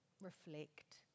Reflect